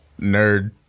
nerd